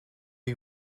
are